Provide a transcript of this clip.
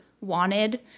wanted